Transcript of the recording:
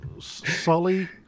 Sully